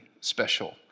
special